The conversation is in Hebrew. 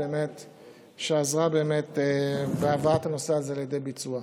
היא עזרה בהבאת הנושא לידי ביצוע.